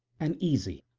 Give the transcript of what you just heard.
and easy,